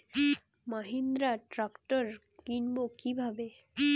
Mahindra tractor কিনবো কি ভাবে?